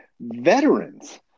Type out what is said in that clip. veterans